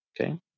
Okay